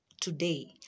today